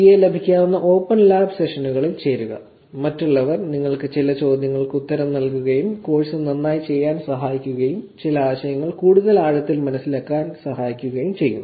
TA ലഭിക്കാവുന്ന open lab സെഷനുകളിൽ ചേരുക മറ്റുള്ളവർ നിങ്ങൾക്ക് ചില ചോദ്യങ്ങൾക്ക് ഉത്തരം നൽകുകയും കോഴ്സ് നന്നായി ചെയ്യാൻ സഹായിക്കുകയും ചില ആശയങ്ങൾ കൂടുതൽ ആഴത്തിൽ മനസ്സിലാക്കാൻ സഹായിക്കുകയും ചെയ്യും